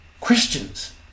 Christians